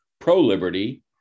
pro-liberty